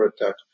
attack